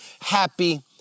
happy